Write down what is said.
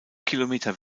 kilometer